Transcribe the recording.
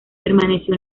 permaneció